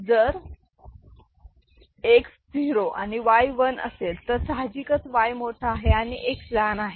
जर X zero आणि Y 1 असेल तर साहजिकच Y मोठा आहे आणि X लहान आहे